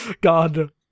god